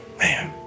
man